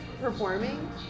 performing